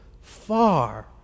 far